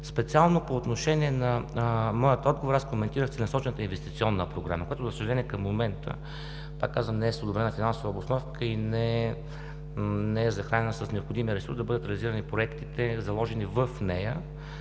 Специално по отношениe на моя отговор, аз коментирах целенасочената инвестиционна програма, която, за съжаление, към момента, пак казвам, не е с одобрена финансова обосновка и не е захранена с необходимия ресурс да бъдат реализирани проектите, заложени в нея,